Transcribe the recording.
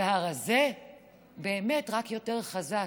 והרזה באמת רק יותר חזק,